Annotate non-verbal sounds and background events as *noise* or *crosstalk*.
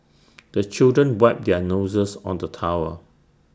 *noise* the children wipe their noses on the towel